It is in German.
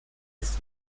ist